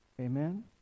Amen